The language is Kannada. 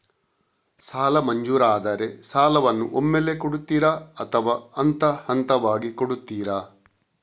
ಸಾಲ ಮಂಜೂರಾದರೆ ಸಾಲವನ್ನು ಒಮ್ಮೆಲೇ ಕೊಡುತ್ತೀರಾ ಅಥವಾ ಹಂತಹಂತವಾಗಿ ಕೊಡುತ್ತೀರಾ?